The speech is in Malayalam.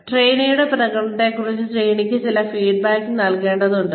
ട്രെയിനിയുടെ പ്രകടനത്തെക്കുറിച്ച് ട്രെയിനിക്ക് ചില ഫീഡ്ബാക്ക് നൽകേണ്ടതുണ്ട്